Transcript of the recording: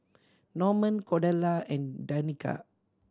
Norman Cordella and Danika